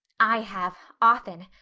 i have, often.